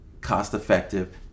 Cost-effective